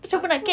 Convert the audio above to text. siapa